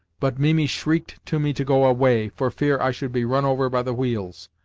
but mimi shrieked to me to go away, for fear i should be run over by the wheels.